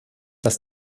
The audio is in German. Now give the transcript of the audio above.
dass